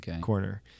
corner